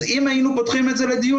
אז אם היינו פותחים את זה לדיון,